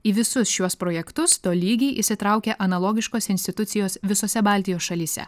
į visus šiuos projektus tolygiai įsitraukia analogiškos institucijos visose baltijos šalyse